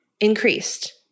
increased